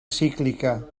cíclica